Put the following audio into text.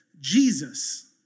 Jesus